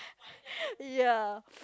ya